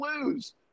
lose